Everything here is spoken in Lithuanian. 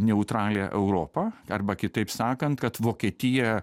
neutralią europą arba kitaip sakant kad vokietija